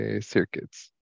circuits